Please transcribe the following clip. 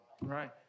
right